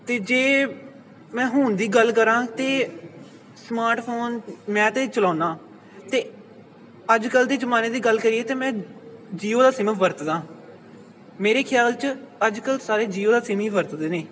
ਅਤੇ ਜੇ ਮੈਂ ਹੁਣ ਦੀ ਗੱਲ ਕਰਾਂ ਤਾਂ ਸਮਾਰਟ ਫੋਨ ਮੈਂ ਤਾਂ ਚਲਾਉਦਾ ਅਤੇ ਅੱਜ ਕੱਲ੍ਹ ਦੇ ਜਮਾਨੇ ਦੀ ਗੱਲ ਕਰੀਏ ਤਾਂ ਮੈਂ ਜੀਓ ਦਾ ਸਿੰਮ ਵਰਤਦਾ ਮੇਰੇ ਖਿਆਲ 'ਚ ਅੱਜ ਕੱਲ੍ਹ ਸਾਰੇ ਜੀਓ ਦਾ ਸਿੰਮ ਹੀ ਵਰਤਦੇ ਨੇ